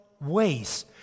ways